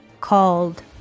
called